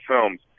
Films